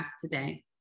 today